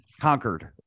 conquered